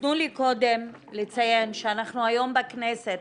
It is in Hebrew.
תנו לי קודם לציין שאנחנו היום בכנסת